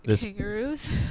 kangaroos